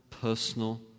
personal